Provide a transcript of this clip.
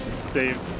Save